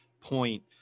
point